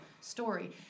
story